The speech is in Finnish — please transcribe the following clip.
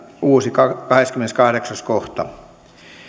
uusi kahdeskymmeneskahdeksas kohta